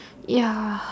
ya